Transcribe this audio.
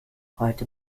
heute